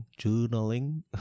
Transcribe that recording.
journaling